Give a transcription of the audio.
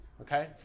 okay